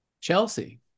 Chelsea